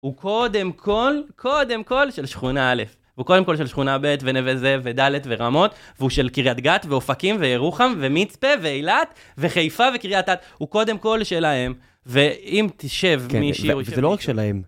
הוא קודם כל, קודם כל של שכונה א', הוא קודם כל של שכונה ב', ונווה זאב וד', ורמות, והוא של קריית גת, ואופקים, וירוחם, ומצפה, ואילת, וחיפה, וקריאת אתא, הוא קודם כל שלהם. ואם תשב, מי שירו... זה לא רק שלהם.